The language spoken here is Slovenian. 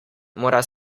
mora